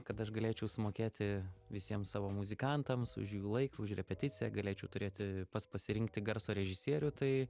kad aš galėčiau sumokėti visiem savo muzikantams už jų laiką už repeticiją galėčiau turėti pats pasirinkti garso režisierių tai